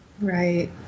Right